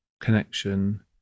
connection